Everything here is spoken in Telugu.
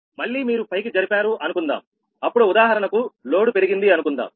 మళ్లీ మీరు పైకి జరిపారు అనుకుందాం అప్పుడు ఉదాహరణకు లోడు పెరిగింది అనుకుందాం